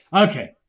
Okay